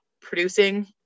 producing